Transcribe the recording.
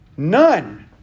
None